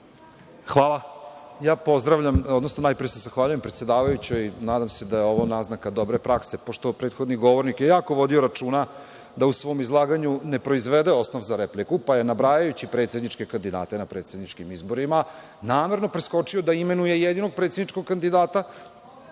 Izvolite. **Vladimir Đurić** Najpre se zahvaljujem predsedavajućoj i nadam se da je ovo naznaka dobre prakse, pošto je prethodni govornik jako vodio računa da u svom izlaganju ne proizvede osnov za repliku, pa je, nabrajući predsedničke kandidate na predsedničkim izborima, namerno preskočio da imenuje jedinog predsedničkog kandidata